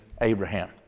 Abraham